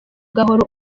ugahora